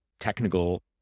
Technical